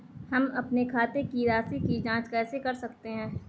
हम अपने खाते की राशि की जाँच कैसे कर सकते हैं?